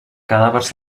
cadàvers